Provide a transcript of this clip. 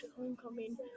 homecoming